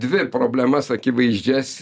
dvi problemas akivaizdžias